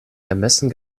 ermessen